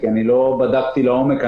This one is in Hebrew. כי לא בדקתי לעומק,